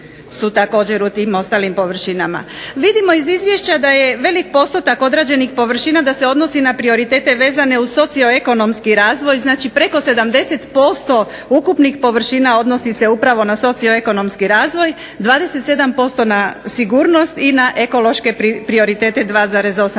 Vidimo iz izvješća da je veliki postotak odrađenih površina da se odnosi na prioritete vezane uz socioekonomski razvoj znači preko 70% ukupnih površina odnosi se upravo na socioekonomski razvoj, 27% na sigurnost i na ekološke prioritete 2,8%.